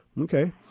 Okay